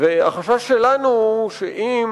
החשש שלנו הוא שאם